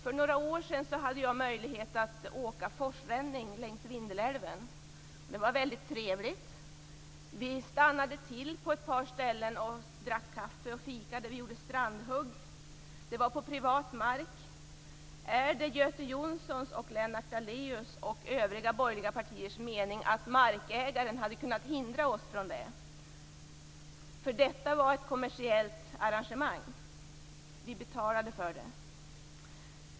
För några år sedan hade jag möjlighet att ägna mig åt forsränning längs Vindelälven. Det var trevligt. Vi stannade till på ett par ställen och drack kaffe, och vi gjorde strandhugg. Det var på privat mark. Är det Göte Jonssons, Lennart Daléus och övriga borgerliga representanters mening att markägaren hade kunnat hindra oss från detta? Forsränningen var ett kommersiellt arrangemang. Vi betalade för det.